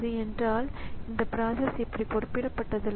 எனவே கெர்னல் புதுப்பிக்கப்பட வேண்டும்